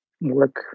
work